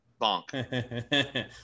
Bonk